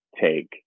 take